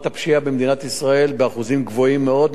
הפשיעה במדינת ישראל באחוזים גבוהים מאוד,